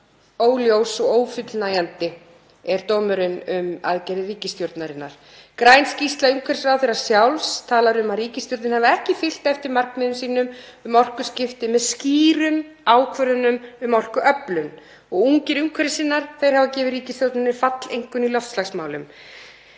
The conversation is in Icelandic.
„óljós og ófullnægjandi“, það er dómurinn um aðgerðir ríkisstjórnarinnar. Græn skýrsla umhverfisráðherra sjálfs talar um að ríkisstjórnin hafi ekki fylgt eftir markmiðum sínum um orkuskipti með skýrum ákvörðunum um orkuöflun. Ungir umhverfissinnar hafa gefið ríkisstjórninni falleinkunn í loftslagsmálum.